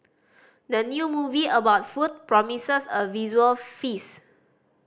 the new movie about food promises a visual feast